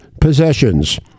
possessions